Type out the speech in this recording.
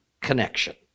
connection